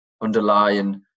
underlying